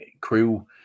crew